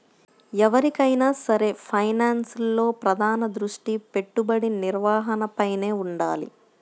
ఎవరికైనా సరే ఫైనాన్స్లో ప్రధాన దృష్టి పెట్టుబడి నిర్వహణపైనే వుండాలి